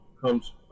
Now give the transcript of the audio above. comes